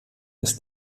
ist